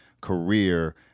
career